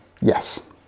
Yes